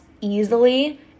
easily